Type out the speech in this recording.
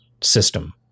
system